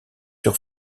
sur